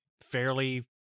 fairly